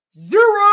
zero